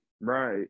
Right